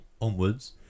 onwards